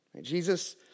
Jesus